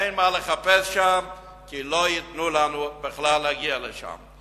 אין מה לחפש שם, כי לא ייתנו לנו בכלל להגיע לשם.